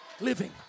Living